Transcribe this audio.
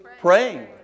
Praying